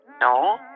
no